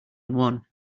one